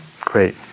Great